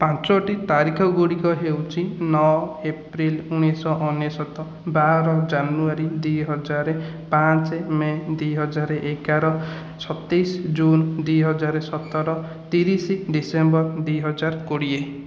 ପାଞ୍ଚଟି ତାରିଖଗୁଡ଼ିକ ହେଉଛି ନଅ ଏପ୍ରିଲ୍ ଉଣେଇଶଶହ ଅନେଶ୍ଵତ ବାର ଜାନୁଆରୀ ଦୁଇହଜାର ପାଞ୍ଚ ମେ' ଦୁଇହଜାର ଏଗାର ସତେଇଶ ଜୁନ୍ ଦୁଇହଜାର ସତର ତିରିଶ ଡିସେମ୍ବର ଦୁଇହଜାର କୋଡ଼ିଏ